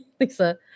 Lisa